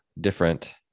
different